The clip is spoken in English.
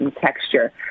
texture